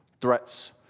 threats